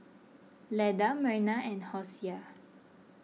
Leda Merna and Hosea